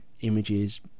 images